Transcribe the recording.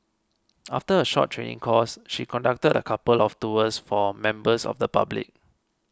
after a short training course she conducted a couple of tours for members of the public